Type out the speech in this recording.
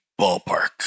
ballpark